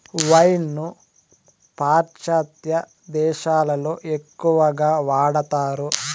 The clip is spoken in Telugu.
వైన్ ను పాశ్చాత్య దేశాలలో ఎక్కువగా వాడతారు